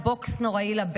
בגין, נא לא להפריע, נא